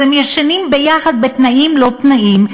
אז הם ישנים ביחד בתנאים לא תנאים,